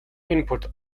input